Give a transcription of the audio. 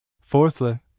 Fourthly